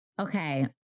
Okay